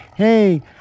Hey